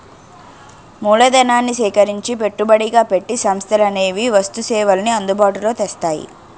మూలధనాన్ని సేకరించి పెట్టుబడిగా పెట్టి సంస్థలనేవి వస్తు సేవల్ని అందుబాటులో తెస్తాయి